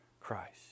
Christ